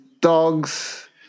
dogs